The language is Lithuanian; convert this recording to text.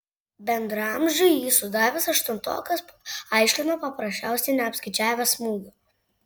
bendraamžiui jį sudavęs aštuntokas aiškino paprasčiausiai neapskaičiavęs smūgio